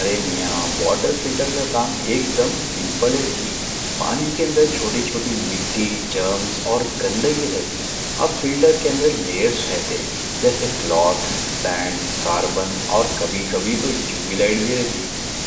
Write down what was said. ارے میاں واٹر فلٹر کا کام ایک دم سیمپل ہے جی، پانی کے اندر چھوٹی چھوٹی مٹی، جرنز اور گندگی رہتی اب فلٹر کے اندر لیئرز رہتے جیسے کلاث، سینڈ، کاربن اور کبھی کبھی تو یووی لائٹ بھی رہتی